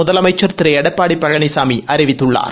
முதலமைச்சர் திரு எடப்பாடி பழனிசாமி அறிவித்துள்ளார்